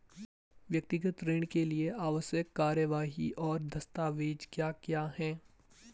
व्यक्तिगत ऋण के लिए आवश्यक कार्यवाही और दस्तावेज़ क्या क्या हैं?